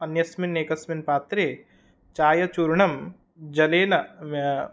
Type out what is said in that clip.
अन्यस्मिन् एकस्मिन् पात्रे चायचूर्णं जलेन